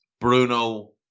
Bruno